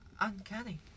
Uncanny